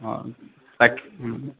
তাকেই